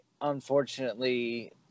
unfortunately